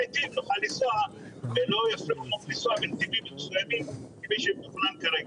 נתיב ולא יפריעו לנו לנסוע בנתיבים מסוימים כפי שמתוכנן כרגע.